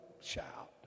shout